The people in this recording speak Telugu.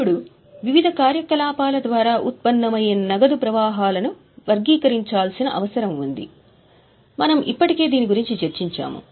ఇప్పుడు వివిధ కార్యకలాపాల ద్వారా ఉత్పన్నమయ్యే నగదు ప్రవాహాలను వర్గీకరించాల్సిన అవసరం ఉంది మనము ఇప్పటికే దీని గురించి చర్చించాము